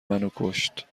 منوکشت